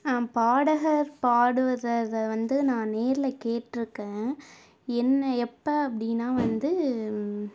பாடகர் பாடுவததை வந்து நான் நேரில் கேட்டுருக்கேன் என்ன எப்போ அப்படினா வந்து